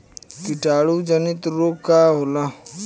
कीटाणु जनित रोग का होला?